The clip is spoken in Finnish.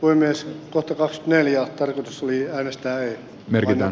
voi myös lototaus neljä osui hänestä ei merkitään